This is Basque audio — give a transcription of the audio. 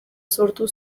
sortu